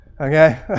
Okay